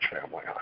Family